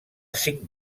cinc